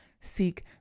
seek